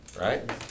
Right